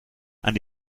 and